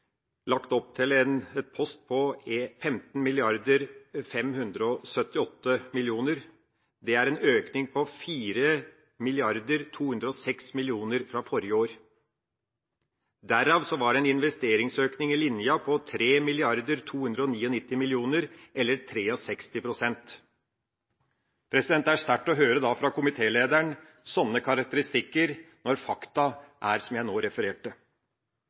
lagt opp til en post på 15 578 000 000 kr. Det er en økning på 4 206 000 000 kr fra forrige år. Derav var det en investeringsøkning i linja på 3 299 000 000 kr eller 63 pst. Det er da sterkt å høre sånne karakteristikker fra komitélederen når fakta er det som jeg nå refererte.